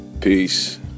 Peace